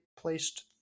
placed